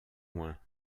moins